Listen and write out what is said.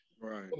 Right